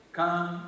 come